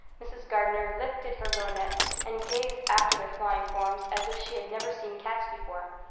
mrs. gardner lifted her lorgnette and gazed after their flying forms as if she had never seen cats before,